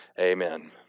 amen